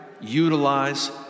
utilize